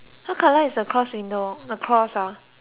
cross window the cross ah